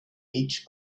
each